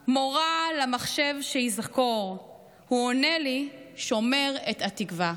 / מורה למחשב שיזכור / הוא עונה לי 'שומר את תקווה'".